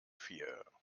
vier